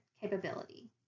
capability